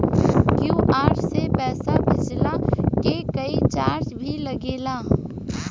QR से पैसा भेजला के कोई चार्ज भी लागेला?